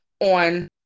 on